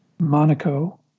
Monaco